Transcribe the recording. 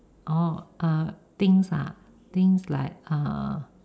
orh uh things uh things like uh